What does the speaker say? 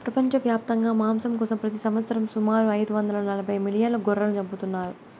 ప్రపంచవ్యాప్తంగా మాంసం కోసం ప్రతి సంవత్సరం సుమారు ఐదు వందల నలబై మిలియన్ల గొర్రెలను చంపుతున్నారు